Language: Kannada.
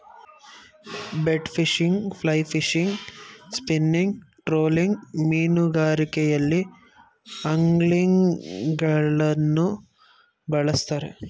bait fishing, fly fishing, spinning, trolling ಮೀನುಗಾರಿಕೆಯಲ್ಲಿ ಅಂಗ್ಲಿಂಗ್ಗಳನ್ನು ಬಳ್ಸತ್ತರೆ